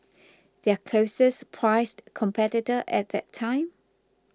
their closest priced competitor at that time